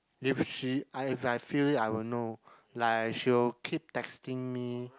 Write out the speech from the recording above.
if she I if I feel it I will know like she will keep texting me